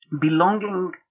belonging